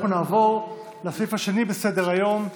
אנחנו נעבור לסעיף השני בסדר-היום: